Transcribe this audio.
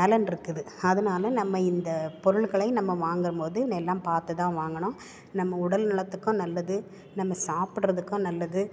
நலன் இருக்குது அதனால நம்ம இந்த பொருட்களை நம்ம வாங்கும்போது எல்லாம் பார்த்து தான் வாங்கணும் நம்ம உடல் நலத்துக்கும் நல்லது நம்ம சாப்பிட்றதுக்கும் நல்லது